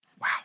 Wow